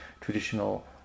traditional